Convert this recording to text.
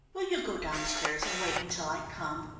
will you go downstairs and wait until i come?